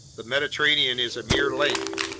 the mediterranean is a mere lake,